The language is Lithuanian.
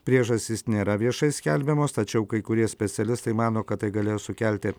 priežastys nėra viešai skelbiamos tačiau kai kurie specialistai mano kad tai galėjo sukelti